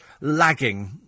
lagging